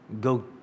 go